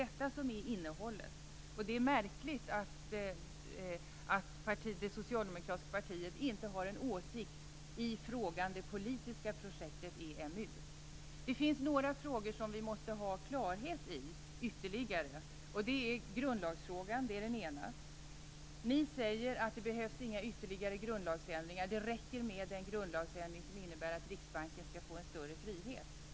Detta är innehållet. Det är märkligt att det socialdemokratiska partiet inte har en åsikt om det politiska projektet EMU. Det finns ytterligare ett par frågor som vi måste ha klarhet i. Den ena är grundlagsfrågan. Ni säger att det inte behövs några ytterligare grundlagsändringar, att det räcker med den grundlagsändring som innebär att Riksbanken skall få en större frihet.